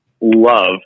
love